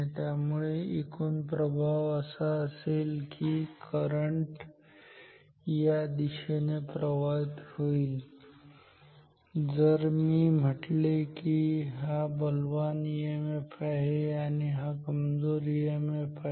त्यामुळे एकूण प्रभाव असा असेल की करंट या दिशेने प्रवाहित होईल जर मी म्हटले की हा बलवान ईएमएफ आहे आणि हा कमजोर ईएमएफ आहे